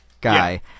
guy